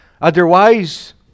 otherwise